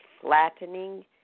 flattening